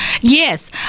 Yes